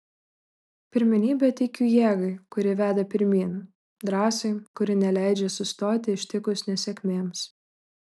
pirmenybę teikiu jėgai kuri veda pirmyn drąsai kuri neleidžia sustoti ištikus nesėkmėms